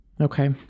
Okay